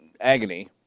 agony